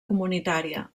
comunitària